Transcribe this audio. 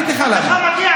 לך מגיע כפר ערבי,